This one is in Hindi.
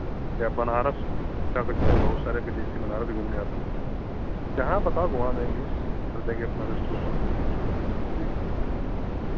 या बनारस जा सकते हैं बहुत सारे विदेशी बनारस भी घूमने आते हैं जहां बताओ घूमा देंगे हर जगह अपना है जी